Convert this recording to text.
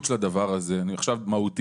של הדבר הזה מהותית,